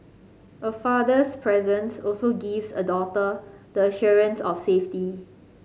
a father's presence also gives a daughter the assurance of safety